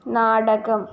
നാടകം